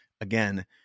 again